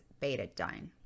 betadine